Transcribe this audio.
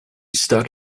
stuck